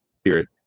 Spirit